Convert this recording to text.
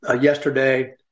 yesterday